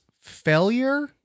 failure